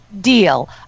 deal